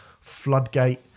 Floodgate